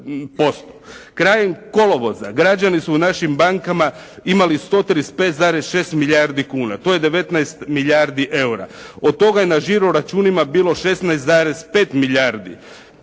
Krajem kolovoza građani su u našim bankama imali 135,6 milijardi kuna. To je 19 milijardi EUR-a. Od toga je na žiro računima bilo 16,5 milijardi.